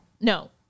No